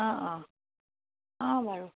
অঁ অঁ অঁ বাৰু